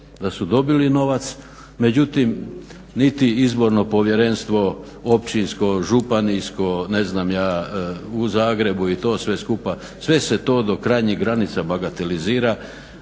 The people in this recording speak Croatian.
da su dobili novac, međutim niti izborno povjerenstvo općinsko, županijsko, u Zagrebu i to sve skupa, sve se to do krajnjih granica bagatelizira,